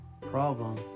problem